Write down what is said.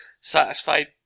satisfied